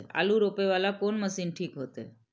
आलू रोपे वाला कोन मशीन ठीक होते?